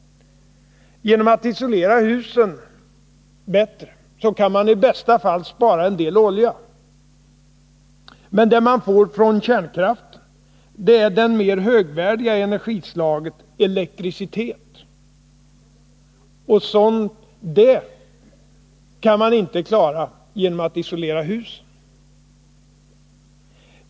Genom att isolera husen bättre kan man i bästa fall spara en del olja. Men det man får från kärnkraften är det mer högvärdiga energislaget elektricitet. Sådan kan man inte få genom att isolera hus.